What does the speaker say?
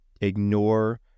Ignore